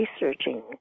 researching